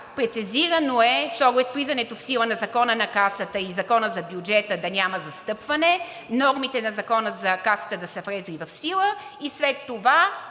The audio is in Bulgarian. прецизирано е с оглед влизането в сила на Закона за Касата и Закона за бюджета да няма застъпване. Нормите на Закона за Касата да са влезли в сила и след това